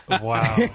Wow